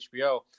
HBO